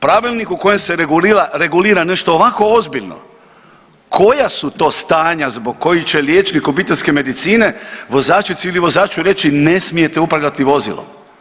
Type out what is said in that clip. Pravilnik u kojem se regulira nešto ovako ozbiljno, koja su to stanja zbog kojih će liječnik obiteljske medicine vozačici ili vozaču reći ne smijete upravljati vozilom?